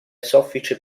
soffice